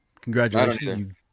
Congratulations